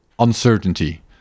uncertainty